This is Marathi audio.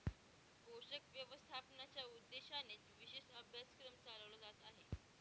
पोषक व्यवस्थापनाच्या उद्देशानेच विशेष अभ्यासक्रम चालवला जात आहे